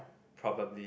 probably